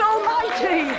Almighty